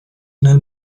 nel